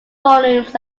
volumes